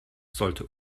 sollte